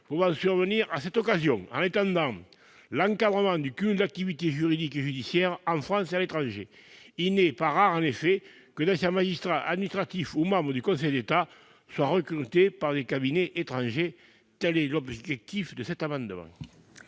pouvant survenir à cette occasion, en étendant l'encadrement du cumul d'activité juridique et judiciaire en France et à l'étranger. En effet, il n'est pas rare que d'anciens magistrats administratifs ou membres du Conseil d'État soient recrutés par des cabinets étrangers. Quel est l'avis de la commission